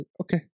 Okay